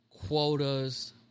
quotas